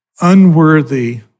unworthy